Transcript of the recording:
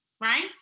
right